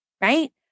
right